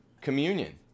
communion